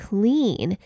Clean